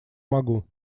могу